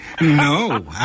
No